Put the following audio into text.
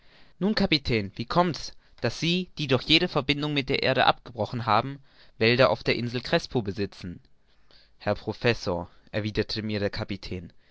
nun kapitän wie kommt's daß sie die doch jede verbindung mit der erde abgebrochen haben wälder auf der insel crespo besitzen herr professor erwiderte mir der kapitän